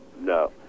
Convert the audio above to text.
No